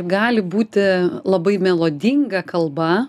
gali būti labai melodinga kalba